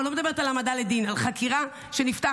אני לא מדברת על העמדה לדין, על חקירה שנפתחת.